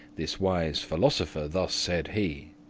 this wise philosopher thus said he.